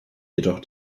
jedoch